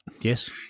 Yes